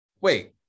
Wait